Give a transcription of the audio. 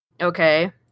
Okay